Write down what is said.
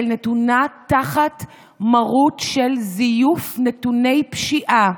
נתונה תחת מרות של זיוף נתוני פשיעה,